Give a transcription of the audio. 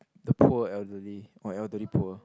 the poor elderly or elderly poor